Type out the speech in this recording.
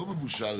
לא,